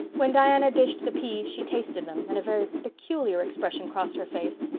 when diana dished the peas she tasted them and a very peculiar expression crossed her face.